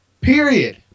Period